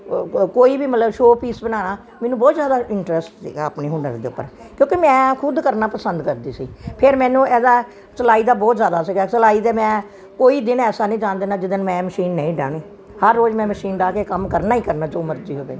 ਕੋਈ ਵੀ ਮਤਲਬ ਸ਼ੋਪੀਸ ਬਣਾਉਣਾ ਮੈਨੂੰ ਬਹੁਤ ਜ਼ਿਆਦਾ ਇੰਟਰਸਟ ਸੀਗਾ ਆਪਣੇ ਹੁਨਰ ਦੇ ਉੱਪਰ ਕਿਉਂਕਿ ਮੈਂ ਖੁਦ ਕਰਨਾ ਪਸੰਦ ਕਰਦੀ ਸੀ ਫਿਰ ਮੈਨੂੰ ਇਹਦਾ ਸਿਲਾਈ ਦਾ ਬਹੁਤ ਜ਼ਿਆਦਾ ਸੀਗਾ ਸਿਲਾਈ ਦੇ ਮੈਂ ਕੋਈ ਦਿਨ ਐਸਾ ਨਹੀਂ ਜਾਣ ਦੇਣਾ ਜਿਸ ਦਿਨ ਮੈਂ ਮਸ਼ੀਨ ਨਹੀਂ ਡਾਹੁਣੀ ਹਰ ਰੋਜ਼ ਮੈਂ ਮਸ਼ੀਨ ਡਾਹ ਕੇ ਕੰਮ ਕਰਨਾ ਹੀ ਕਰਨਾ ਜੋ ਮਰਜ਼ੀ ਹੋਵੇ